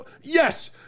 yes